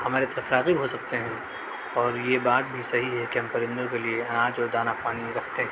ہماری طرف راغب ہو سکتے ہیں اور یہ بات بھی صحیح ہے کہ ہم پرندوں کے لیے اناج اور داناپانی رکھتے ہیں